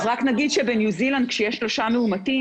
אז רק נגיד שכאשר בניו זילנד יש שלושה מאומתים,